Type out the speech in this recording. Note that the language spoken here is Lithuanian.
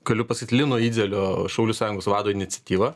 galiu pasakyt lino idzelio šaulių sąjungos vado iniciatyva